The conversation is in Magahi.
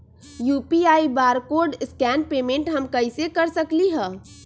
यू.पी.आई बारकोड स्कैन पेमेंट हम कईसे कर सकली ह?